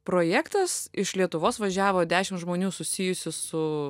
projektas iš lietuvos važiavo dešim žmonių susijusių su